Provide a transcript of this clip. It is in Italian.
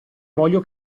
voglio